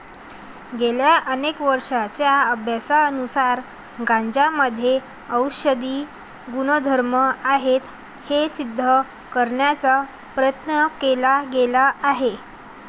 गेल्या अनेक वर्षांच्या अभ्यासानुसार गांजामध्ये औषधी गुणधर्म आहेत हे सिद्ध करण्याचा प्रयत्न केला गेला आहे